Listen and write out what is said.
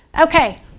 Okay